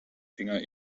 finger